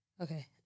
Okay